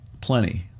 plenty